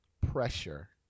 pressure